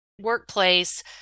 workplace